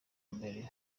mbere